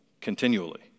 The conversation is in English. continually